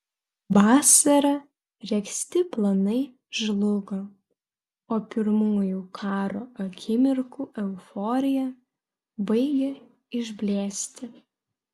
vasarą regzti planai žlugo o pirmųjų karo akimirkų euforija baigė išblėsti